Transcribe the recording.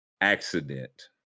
accident